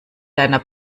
deiner